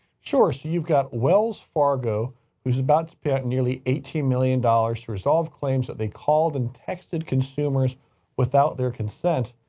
sure. so you've got wells fargo who's about to pay out nearly eighteen million dollars to resolve claims that they called and texted consumers without their consent.